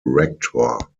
rector